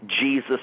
Jesus